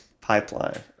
pipeline